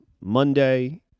Monday